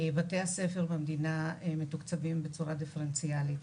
בתי הספר במדינה מתוקצבים בצורה דיפרנציאלית,